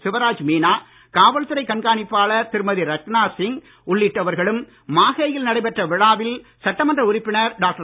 சிவராஜ் மீனா காவல்துறை கண்காணிப்பாளர் திருமதி ரச்னாசிங் உள்ளிட்டவர்களும் மாஹேயில் நடைபெற்ற விழாவில் சட்டமன்ற உறுப்பினர் டாக்டர்